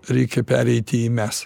reikia pereiti į mes